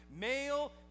male